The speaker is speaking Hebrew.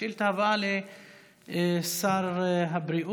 השאילתה הבאה היא לשר הבריאות.